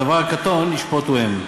הדבר הקטֹן ישפטו הם".